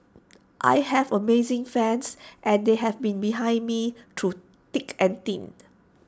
I have amazing fans and they have been behind me through thick and thin